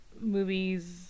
movies